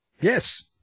Yes